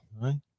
Right